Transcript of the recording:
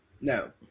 No